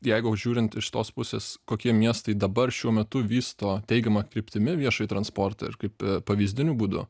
jeigu žiūrint iš tos pusės kokie miestai dabar šiuo metu vysto teigiama kryptimi viešąjį transportą ir kaip pavyzdiniu būdu